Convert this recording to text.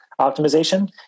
optimization